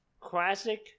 classic